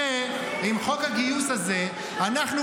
הרי עם חוק הגיוס הזה אנחנו,